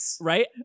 Right